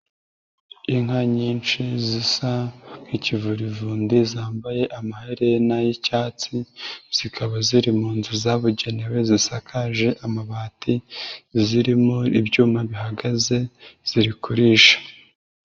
Inka nyinshi zisa nk'ikivurivundi zambaye amaherena y'icyatsi, zikaba ziri mu nzu zabugenewe zisakaje amabati zirimo ibyuma bihagaze ziri kurisha.